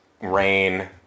rain